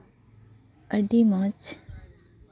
ᱟᱹᱰᱤ ᱢᱚᱡᱽ